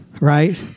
right